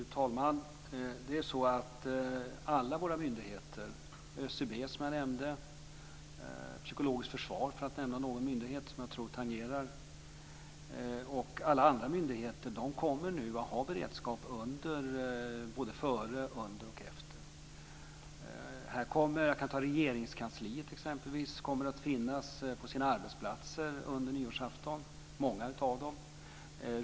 Fru talman! ÖCB, som jag nämnde, Styrelsen för psykologiskt försvar, för att nämna någon myndighet som jag tror tangerar det här, och alla andra myndigheter kommer att ha beredskap före, under och efter millennieskiftet. På Regeringskansliet kommer t.ex. många att finnas på sina arbetsplatser under nyårsafton.